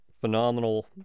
phenomenal